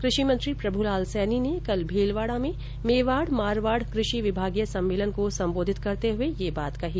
कृषि मंत्री प्रभुलाल सैनी ने कल भीलवाडा में मेवाड मारवाड कृषि विभागीय सम्मेलन को संबोधित करते हुए ये बात कही